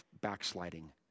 backsliding